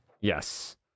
Yes